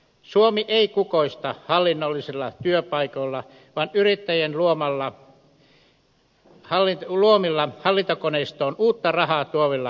suomi ei kukoista hallinnollisilla työpaikoilla vaan yrittäjien luomilla hallintokoneistoon uutta rahaa tuovilla työpaikoilla